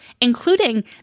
including